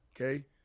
okay